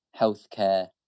healthcare